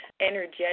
energetic